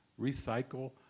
recycle